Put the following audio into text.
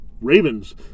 Ravens